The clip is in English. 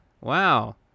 Wow